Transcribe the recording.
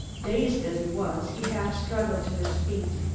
dazed as he was, he half struggled to his feet,